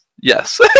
yes